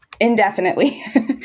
indefinitely